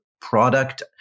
product